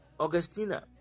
Augustina